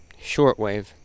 shortwave